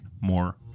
more